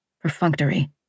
perfunctory